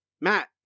Matt